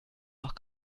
noch